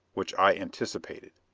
which i anticipated,